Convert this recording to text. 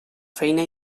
feina